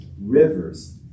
rivers